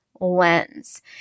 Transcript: lens